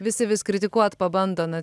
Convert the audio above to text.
visi vis kritikuot pabando na